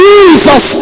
Jesus